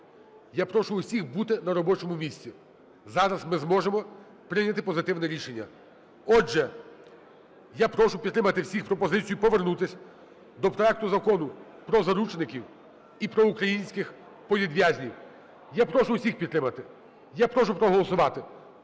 Я прошу усіх бути на робочому місці. Зараз ми зможемо прийняти позитивне рішення. Отже, я прошу підтримати всіх пропозицію повернутись до проекту Закону про заручників і проукраїнських політв'язнів. Я прошу всіх підтримати. Я прошу проголосувати.